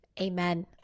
Amen